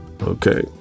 okay